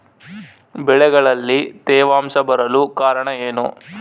ಬೆಳೆಗಳಲ್ಲಿ ತೇವಾಂಶ ಬರಲು ಕಾರಣ ಏನು?